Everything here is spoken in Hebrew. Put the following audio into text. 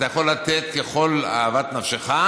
ואתה יכול לתת כאוות נפשך,